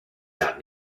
dann